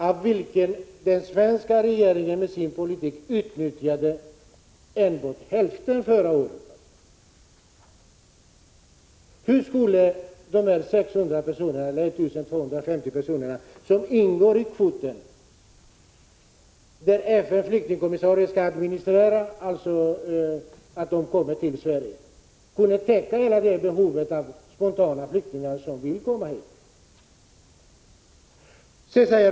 Av denna kvot utnyttjade den svenska regeringen Hur skulle denna kvot på 1 250 personer — FN:s flyktingkommissarie skall beskickningar som tinns 1 olika delar av världen och söka visum tor att kunna komma till Sverige.